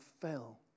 fell